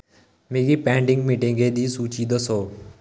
मिगी पैंडिंग मीटिंगें दी सूची दस्सो